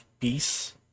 peace